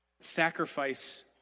sacrifice